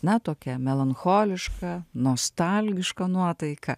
na tokia melancholiška nostalgiška nuotaika